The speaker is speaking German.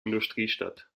industriestadt